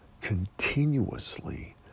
continuously